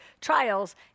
trials